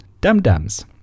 dum-dums